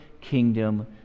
kingdom